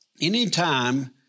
Anytime